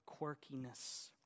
quirkiness